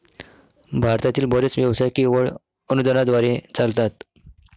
भारतातील बरेच व्यवसाय केवळ अनुदानाद्वारे चालतात